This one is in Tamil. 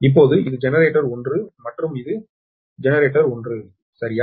எனவே இது ஜெனரேட்டர் 1 மற்றும் இது உங்கள் ஜெனரேட்டர் 1 சரியா